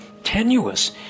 Tenuous